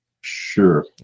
Sure